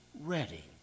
ready